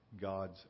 God's